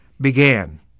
began